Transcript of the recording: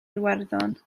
iwerddon